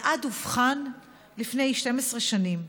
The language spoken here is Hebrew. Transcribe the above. אלעד אובחן לפני 12 שנים,